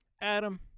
Adam